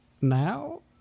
now